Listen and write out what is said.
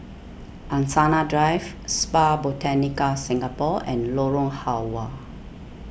Angsana Drive Spa Botanica Singapore and Lorong Halwa